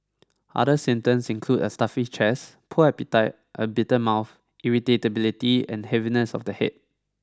other symptoms include a stuffy chest poor appetite a bitter mouth irritability and heaviness of the head